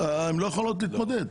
הן לא יכולות להתמודד.